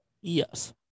Yes